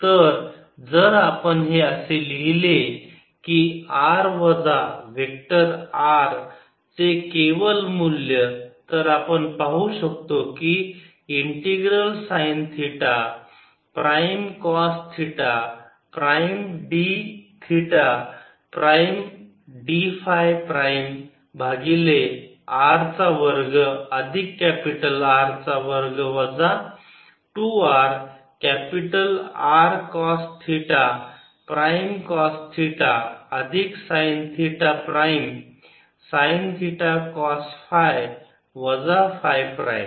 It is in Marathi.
तर जर आपण हे असे लिहिले की r वजा वेक्टर R चे केवल मूल्य तर आपण पाहू शकतो की integral sine theta prime cos theta prime d theta prime d phi prime भागिले r चा वर्ग अधिक कॅपिटल R चा वर्ग वजा 2 r capital R cos theta prime cos theta अधिक sine theta prime sine theta cos phi वजा फाय प्राईम